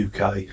UK